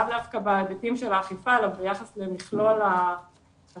לאו דווקא בהיבטים של האכיפה אלא ביחס למכלול החסמים